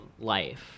life